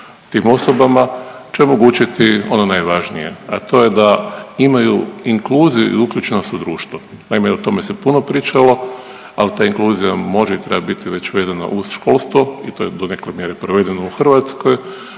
tim osobama će omogućiti ono najvažnije, a to je da imaju inkluziju i uključenost u društvo, naime i o tome se puno pričalo, al ta inkluzija može i treba biti već vezana uz školstvo i to je donekle mjere provedeno u Hrvatskoj,